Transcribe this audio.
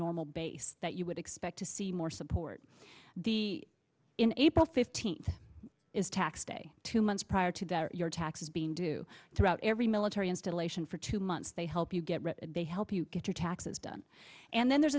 normal basis that you would expect to see more support the in april fifteenth is tax day two months prior to that your taxes being due to out every military installation for two months they help you get rid of they help you get your taxes done and then there's